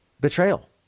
betrayal